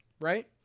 Right